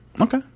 Okay